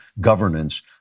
governance